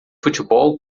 futebol